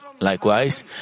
Likewise